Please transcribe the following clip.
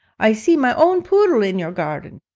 i see my own poodle in your garden.